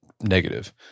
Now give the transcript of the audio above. negative